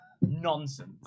Nonsense